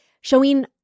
showing